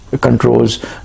controls